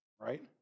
right